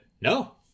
no